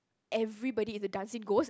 everybody is a dancing ghost